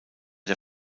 der